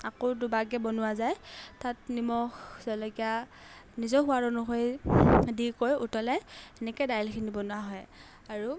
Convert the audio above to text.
আকৌ দুবাৰকৈ বনোৱা যায় তাত নিমখ জলকীয়া নিজৰ সোৱাদ অনুসৰি দি কৰি উতলাই এনেকৈ দাইলখিনি বনোৱা হয় আৰু